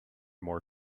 more